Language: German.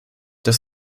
das